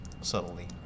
subtly